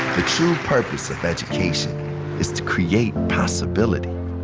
the true purpose of education is to create possibility.